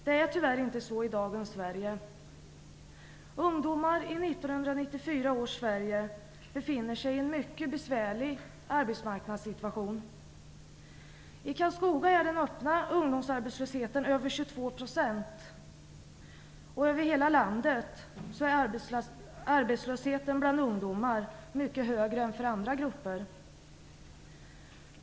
Det är tyvärr inte så i dagens Sverige. Ungdomar i 1994 års Sverige befinner sig i en mycket besvärlig arbetsmarknadssituation. I Karlskoga är den öppna arbetslösheten över 22 %, och i hela landet är arbetslösheten bland ungdomar mycket högre än i andra grupper.